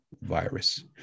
virus